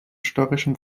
störrischen